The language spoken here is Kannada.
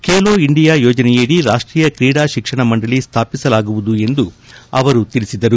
ಖೇಲೋ ಇಂಡಿಯಾ ಯೋಜನೆಯಡಿ ರಾಷ್ಟೀಯ ಕ್ರೀಡಾ ಶಿಕ್ಷಣ ಮಂಡಳಿ ಸ್ವಾಪಿಸಲಾಗುವುದು ಎಂದು ಅವರು ತಿಳಿಸಿದರು